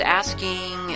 asking